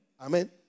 Amen